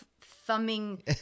thumbing